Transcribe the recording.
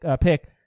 pick